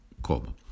como